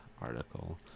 article